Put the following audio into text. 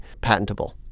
patentable